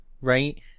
right